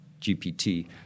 GPT